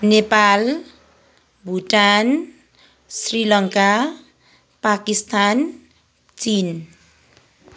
Nepal Bhutan Sri Lanka Pakistan Chin